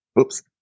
Oops